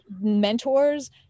mentors